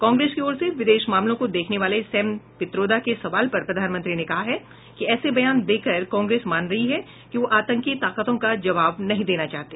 कांग्रेस की ओर से विदेश मामलों को देखने वाले सैम पित्रोदा के सवाल पर प्रधानमंत्री ने कहा है कि ऐसे बयान देकर कांग्रेस मान रही है कि वह आतंकी ताकतों का जवाब नहीं देना चाहती